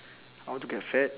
I want to get fat